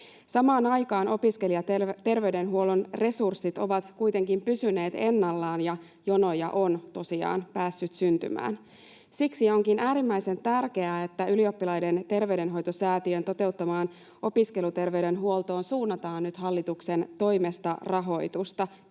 Samaan aikaan opiskelijaterveydenhuollon resurssit ovat kuitenkin pysyneet ennallaan ja jonoja on tosiaan päässyt syntymään. Siksi onkin äärimmäisen tärkeää, että Ylioppilaiden terveydenhoitosäätiön toteuttamaan opiskeluterveydenhuoltoon suunnataan nyt hallituksen toimesta rahoitusta.